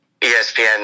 ESPN